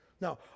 Now